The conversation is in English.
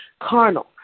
Carnal